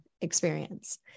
experience